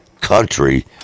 country